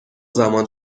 زمان